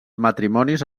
matrimonis